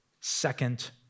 second